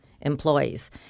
employees